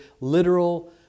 literal